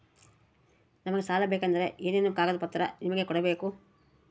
ನಮಗೆ ಸಾಲ ಬೇಕಂದ್ರೆ ಏನೇನು ಕಾಗದ ಪತ್ರ ನಿಮಗೆ ಕೊಡ್ಬೇಕು?